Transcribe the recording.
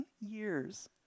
years